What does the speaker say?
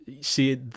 See